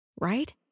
Right